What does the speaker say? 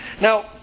Now